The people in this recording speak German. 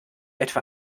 etwa